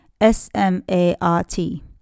S-M-A-R-T